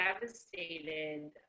devastated